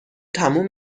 تموم